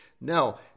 No